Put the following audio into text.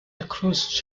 across